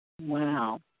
Wow